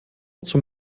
zum